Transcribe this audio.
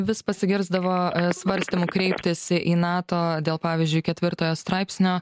vis pasigirsdavo svarstymų kreiptasi į nato dėl pavyzdžiui ketvirtojo straipsnio